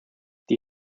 die